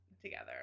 together